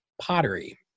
pottery